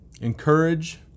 Encourage